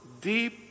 deep